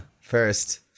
First